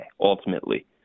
ultimately